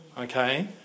Okay